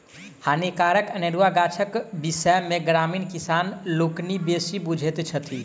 हानिकारक अनेरुआ गाछक विषय मे ग्रामीण किसान लोकनि बेसी बुझैत छथि